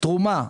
"תרומה,